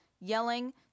yelling